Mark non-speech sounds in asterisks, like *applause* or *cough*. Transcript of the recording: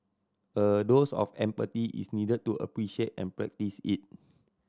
a dose of *unintelligible* is needed to appreciate and practise it